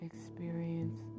experience